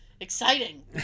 exciting